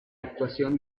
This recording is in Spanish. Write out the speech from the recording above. actuación